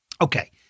Okay